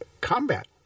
combat